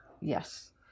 Yes